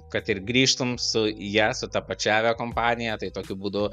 kad ir grįžtum su ja su ta pačia aviakompanija tai tokiu būdu